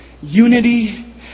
Unity